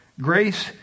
Grace